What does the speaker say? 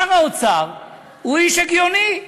שר האוצר הוא איש הגיוני.